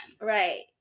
Right